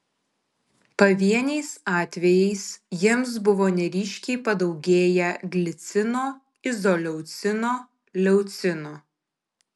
pavieniais atvejais jiems buvo neryškiai padaugėję glicino izoleucino leucino